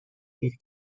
دیر